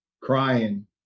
crying